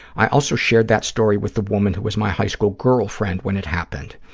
i also shared that story with the woman who was my high school girlfriend when it happened.